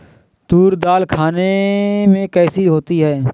तूर दाल खाने में कैसी होती है?